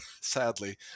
sadly